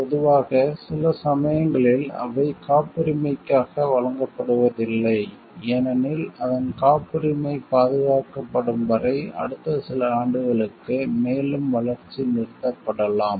பொதுவாக சில சமயங்களில் அவை காப்புரிமைக்காக வழங்கப்படுவதில்லை ஏனெனில் அதன் காப்புரிமை பாதுகாக்கப்படும் வரை அடுத்த சில ஆண்டுகளுக்கு மேலும் வளர்ச்சி நிறுத்தப்படலாம்